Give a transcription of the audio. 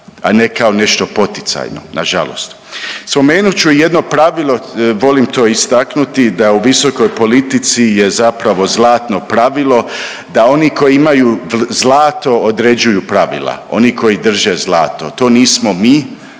a ne kao nešto poticajno na žalost. Spomenut ću i jedno pravilo volim to istaknuti da u visokoj politici je zapravo zlatno pravilo da oni koji imaju zlato određuju pravila, oni koji drže zlato. To nismo mi,